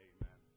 Amen